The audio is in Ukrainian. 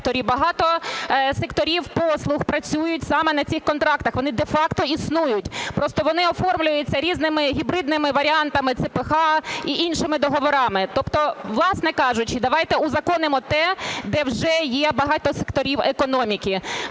багато секторів послуг працюють саме на цих контрактах, вони де-факто існують, просто вони оформлюються різними гібридними варіантами ЦПХ і іншими договорами. Тобто, власне кажучи, давайте узаконимо те, де вже є багато секторів економіки.